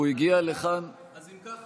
הוא הגיע לכאן --- אז אם כך,